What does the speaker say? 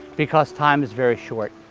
because time is very short.